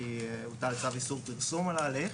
כי הוטל צו איסור פרסום על ההליך.